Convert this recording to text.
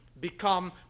become